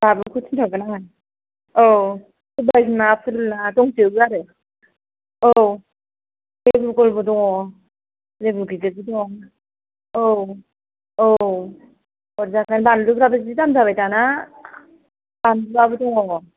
बाबुखौ थिनहरगोन आङो औ सबाय बिमा फोरला दंजोबो आरो औ लेबुफोरबो दङ लेबु गिदिरबो दङ औ औ हरजागोन बानलुफ्राबो जि दाम जाबाय दाना बानलुयाबो दङ